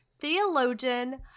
theologian